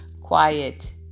quiet